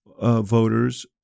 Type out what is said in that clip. voters